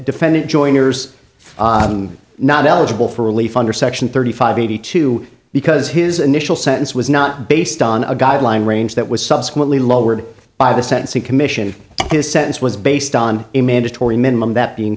defendant joiners not eligible for relief under section thirty five eighty two because his initial sentence was not based on a guideline range that was subsequently lowered by the sentencing commission his sentence was based on a mandatory minimum that being